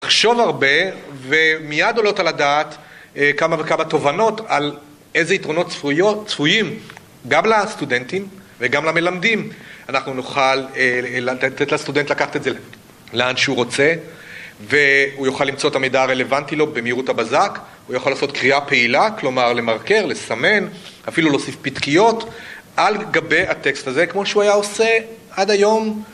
נחשוב הרבה, ומיד עולות על הדעת כמה וכמה תובנות על איזה יתרונות צפויים גם לסטודנטים וגם למלמדים. אנחנו נוכל לתת לסטודנט לקחת את זה לאן שהוא רוצה, והוא יוכל למצוא את המידע הרלוונטי לו במהירות הבזק, הוא יכול לעשות קריאה פעילה כלומר, למרקר, לסמן, אפילו להוסיף פתקיות, על גבי הטקסט הזה, כמו שהוא היה עושה עד היום